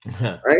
right